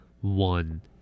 One